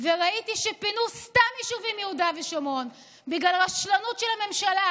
וראיתי שפינו סתם יישובים מיהודה ושומרון בגלל רשלנות של הממשלה,